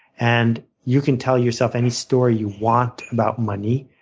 and you can tell yourself any story you want about money.